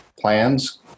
plans